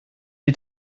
die